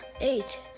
eight